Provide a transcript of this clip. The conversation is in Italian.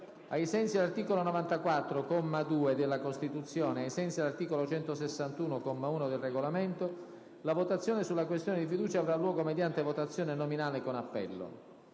Ai sensi dell'articolo 94, secondo comma, della Costituzione e ai sensi dell'articolo 161, comma 1, del Regolamento, la votazione sulla questione di fiducia avrà luogo mediante votazione nominale con appello.